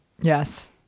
Yes